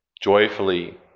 joyfully